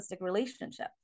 relationship